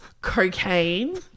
cocaine